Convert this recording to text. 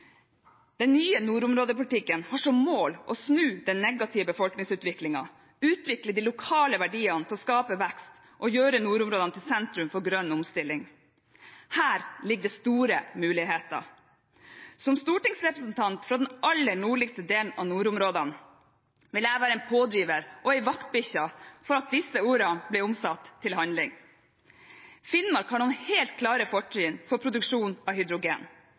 Den nye nordområdepolitikken har som mål å snu den negative befolkningsutviklingen, utvikle de lokale verdiene til å skape vekst og gjøre nordområdene til sentrum for grønn omstilling. Her ligger det store muligheter. Som stortingsrepresentant fra den aller nordligste delen av nordområdene vil jeg være en pådriver og en vaktbikkje for at disse ordene blir omsatt til handling. Finnmark har noen helt klare fortrinn for produksjon av hydrogen,